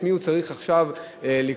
למי הוא צריך עכשיו לקרוא,